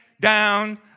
down